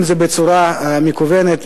אם זה בצורה מקוונת,